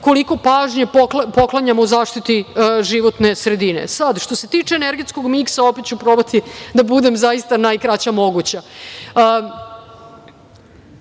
koliko pažnje poklanjamo zaštiti životne sredine. Sad, što se tiče energetskog miksa, ja ću probati da budem zaista najkraća moguća.